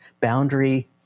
boundary